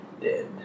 Dead